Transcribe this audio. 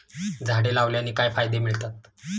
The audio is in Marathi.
झाडे लावण्याने काय फायदे मिळतात?